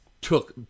took